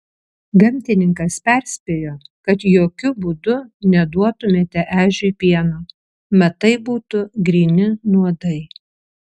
gamtininkas perspėjo kad jokiu būdu neduotumėte ežiui pieno mat tai būtų gryni nuodai